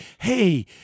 Hey